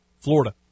Florida